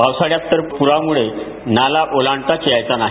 पावसाळ्यात तर पुरामुळे नाला ओलांडताच यायचा नाही